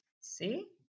see